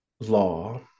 law